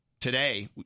Today